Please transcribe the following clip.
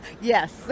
Yes